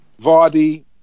Vardy